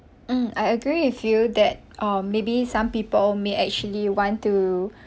mm I agree with you that um maybe some people may actually want to